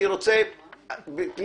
עבד